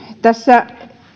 tässä